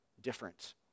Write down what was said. different